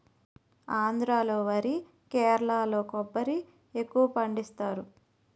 ఆంధ్రా లో వరి కేరళలో కొబ్బరి ఎక్కువపండిస్తారు